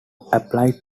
applied